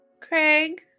Craig